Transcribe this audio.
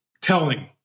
telling